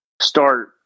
start